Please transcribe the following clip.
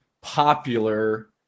popular